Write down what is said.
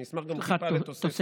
אני אשמח גם לטיפה תוספת.